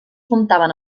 comptaven